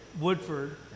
Woodford